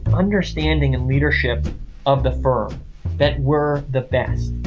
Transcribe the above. understanding and leadership of the firm that were the best.